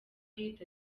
hit